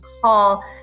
call